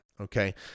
Okay